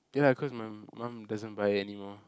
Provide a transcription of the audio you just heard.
ya lah cause my mum doesn't buy anymore